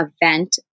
event